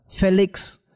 Felix